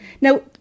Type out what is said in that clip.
Now